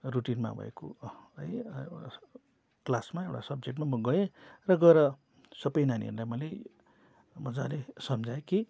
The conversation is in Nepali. रुटिन नभएको क्लासमा एउटा सब्जेक्टमा म गएँ र गएर सबै नानीहरूलाई मैले मजाले सम्झाएँ कि